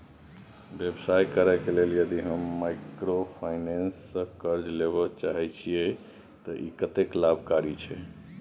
व्यवसाय करे के लेल यदि हम माइक्रोफाइनेंस स कर्ज लेबे चाहे छिये त इ कत्ते लाभकारी छै?